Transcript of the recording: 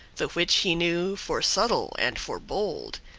the which he knew for subtle and for bold.